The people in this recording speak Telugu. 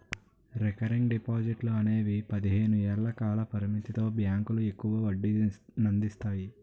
రికరింగ్ డిపాజిట్లు అనేవి పదిహేను ఏళ్ల కాల పరిమితితో బ్యాంకులు ఎక్కువ వడ్డీనందిస్తాయి